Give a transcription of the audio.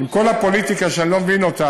עם כל הפוליטיקה, שאני לא מבין אותה,